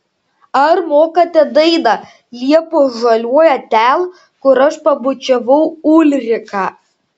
ar mokate dainą liepos žaliuoja ten kur aš pabučiavau ulriką